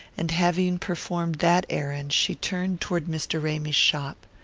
and having performed that errand she turned toward mr. ramy's shop.